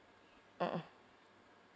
mmhmm